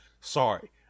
Sorry